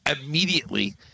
immediately